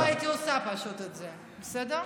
כי אני פשוט לא הייתי עושה את זה, בסדר?